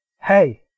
Hey